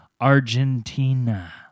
Argentina